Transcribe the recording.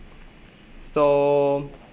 so